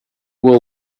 will